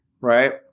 right